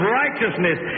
righteousness